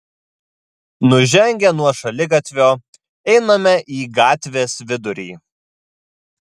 nužengę nuo šaligatvio einame į gatvės vidurį